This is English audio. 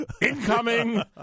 Incoming